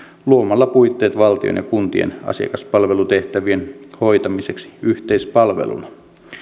luomalla puitteet valtion ja kuntien asiakaspalvelutehtävien hoitamiseksi yhteispalveluna